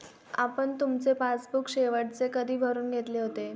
आपण तुमचे पासबुक शेवटचे कधी भरून घेतले होते?